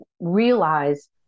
realize